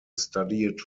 studied